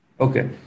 Okay